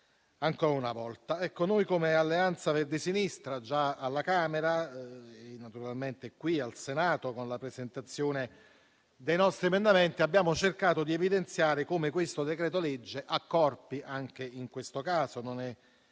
ancora una volta. Noi, come Alleanza Verdi e Sinistra, già alla Camera e naturalmente qui al Senato, con la presentazione dei nostri emendamenti, abbiamo cercato di evidenziare come questo decreto-legge accorpi - anche in questo caso non è